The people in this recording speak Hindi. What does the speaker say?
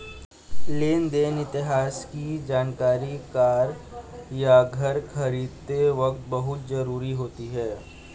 लेन देन इतिहास की जानकरी कार या घर खरीदते वक़्त बहुत जरुरी होती है